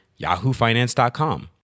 yahoofinance.com